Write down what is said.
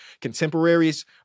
contemporaries